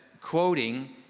quoting